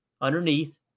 underneath